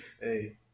Hey